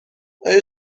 آیا